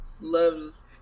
loves